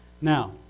Now